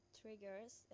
triggers